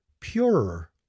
purer